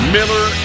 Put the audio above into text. Miller